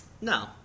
No